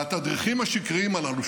והתדריכים השקריים הללו,